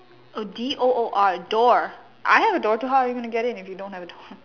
a D o o R a door I have door how are you going to get in if you don't have a door